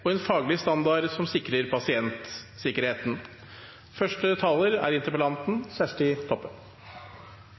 og ein fagleg standard som sikrar pasientsikkerheita?